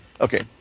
Okay